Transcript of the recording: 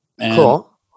Cool